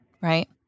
right